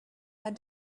had